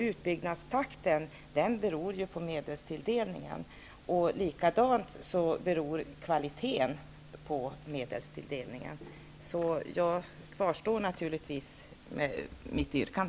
Utbyggnadstakten beror på medelstilldelningen. Även kvaliteten beror på medelstilldelningen. Jag kvarstår naturligtvis med mitt yrkande.